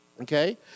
Okay